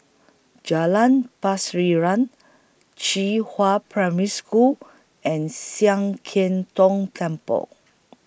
Jalan Pasiran Qihua Primary School and Sian Keng Tong Temple